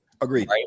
Agreed